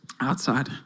outside